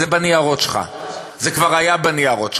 זה בניירות שלך.